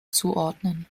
zuordnen